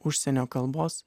užsienio kalbos